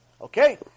Okay